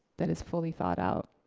that is fully thought out.